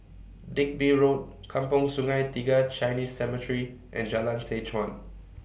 Digby Road Kampong Sungai Tiga Chinese Cemetery and Jalan Seh Chuan